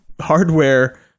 hardware